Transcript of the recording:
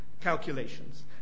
calculations –